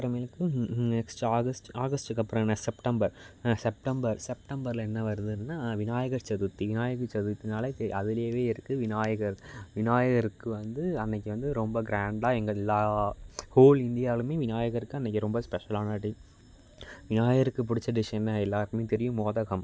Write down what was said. அப்புறமேலுக்கு next August ஆகஸ்ட்டுக்கு அப்புறம் என்ன செப்டம்பர் செப்டம்பர் செப்டம்பரில் என்ன வருதுன்னா விநாயகர் சதுர்த்தி விநாயகர் சதுர்த்தினாலே தெ அதுலேயே இருக்குது விநாயகர் விநாயகருக்கு வந்து அன்னைக்கு வந்து ரொம்ப கிராண்டா எங்கள் எல்லா ஹோல் இந்தியாவிலுமே விநாயகருக்கு அன்றைக்கு ரொம்ப ஸ்பெஷலான டே விநாயகருக்கு பிடிச்ச டிஷ் என்ன எல்லோருக்குமே தெரியும் மோதகம்